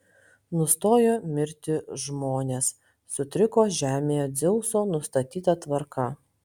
nustojo mirti žmonės sutriko žemėje dzeuso nustatyta tvarka